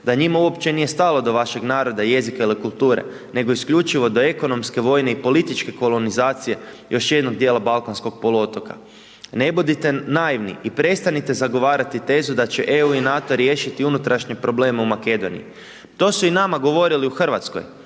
da njima uopće nije stalo do vašeg naroda, jezika ili kulture nego isključivo do ekonomske, vojne i političke kolonizacije, još jednog dijela balkanskog poluotoka. Ne budite naivni i prestanite zagovarati tezu da će EU i NATO riješiti unutrašnje probleme u Makedoniji. To su i nama govorili u Hrvatskoj,